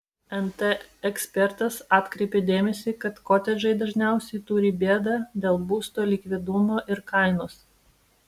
nt ekspertas atkreipė dėmesį kad kotedžai dažniausiai turi bėdą dėl būsto likvidumo ir kainos